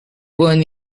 one